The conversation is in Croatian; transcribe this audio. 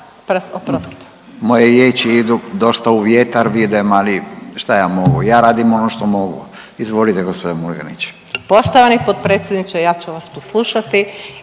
moje riječi idu dosta u vjetar vidim, ali šta ja mogu. Ja radim ono što mogu. Izvolite gospođa Murganić. **Murganić, Nada (HDZ)** Poštovani potpredsjedniče ja ću vas poslušati